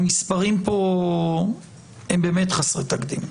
המספרים פה הם באמת חסרי תקדים.